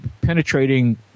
penetrating